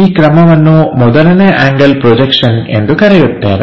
ಈ ಕ್ರಮವನ್ನು ಮೊದಲನೇ ಆಂಗಲ್ ಪ್ರೊಜೆಕ್ಷನ್ ಎಂದು ಕರೆಯುತ್ತೇವೆ